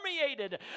permeated